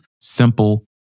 simple